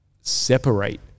separate